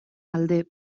alde